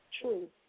true